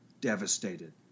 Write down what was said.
devastated